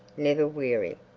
never weary.